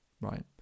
right